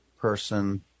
person